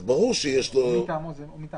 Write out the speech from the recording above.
אז ברור שיש לו --- הם רוצים